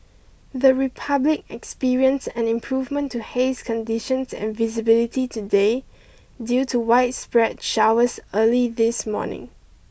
the Republic experienced an improvement to haze conditions and visibility today due to widespread showers early in this morning